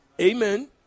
Amen